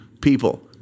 people